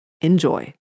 enjoy